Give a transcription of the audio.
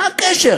מה הקשר